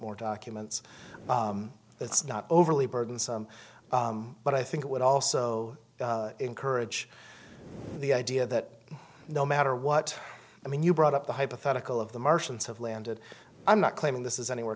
more documents it's not overly burdensome but i think it would also encourage the idea that no matter what i mean you brought up the hypothetical of the martians have landed i'm not claiming this is anywhere